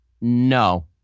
No